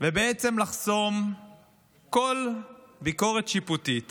ובעצם לחסום כל ביקורת שיפוטית